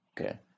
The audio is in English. Okay